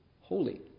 holy